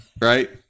Right